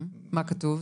מה כתוב?